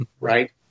Right